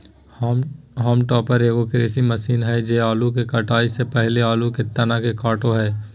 haulm topper एगो कृषि मशीन हइ जे आलू के कटाई से पहले आलू के तन के काटो हइ